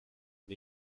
and